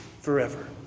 forever